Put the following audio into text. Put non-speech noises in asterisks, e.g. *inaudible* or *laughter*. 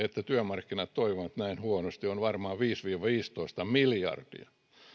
*unintelligible* että työmarkkinat toimivat näin huonosti ovat vuositasolla varmaan viisi viiva viisitoista miljardia